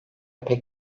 pek